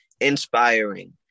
inspiring